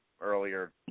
earlier